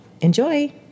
enjoy